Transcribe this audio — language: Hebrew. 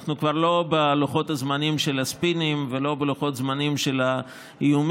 אנחנו כבר לא בלוחות הזמנים של הספינים ולא בלוחות זמנים של האיומים.